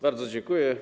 Bardzo dziękuję.